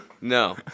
No